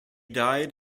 died